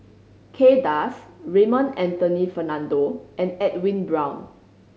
Kay Das Raymond Anthony Fernando and Edwin Brown